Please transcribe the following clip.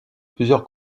plusieurs